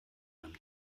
einem